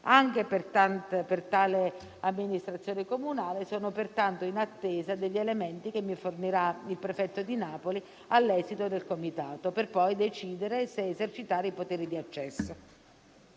Anche per tale amministrazione comunale sono pertanto in attesa degli elementi che mi fornirà il prefetto di Napoli all'esito del comitato, per poi decidere se esercitare i poteri di accesso.